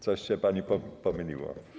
Coś się pani pomyliło.